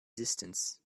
distance